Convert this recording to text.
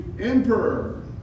emperor